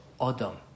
Adam